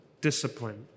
discipline